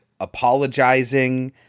apologizing